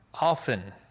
often